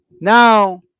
Now